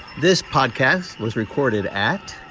this podcast was recorded at.